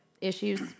issues